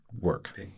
work